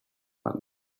but